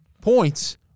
points